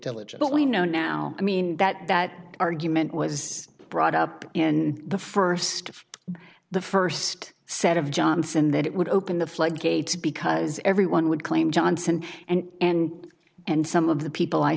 know now i mean that that argument was brought up in the first the first set of johnson that it would open the floodgates because everyone would claim johnson and and and some of the people i